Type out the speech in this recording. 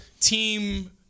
team